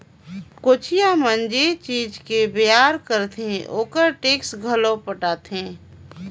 कोचिया मन जे चीज के बेयार करथे ओखर टेक्स घलो पटाथे